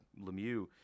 Lemieux